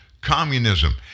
communism